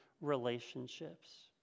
relationships